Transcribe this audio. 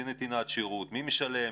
מי משלם,